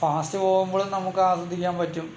fast പോകുമ്പോഴും നമുക്ക് ആസ്വദിക്കാൻ പറ്റും